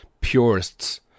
purists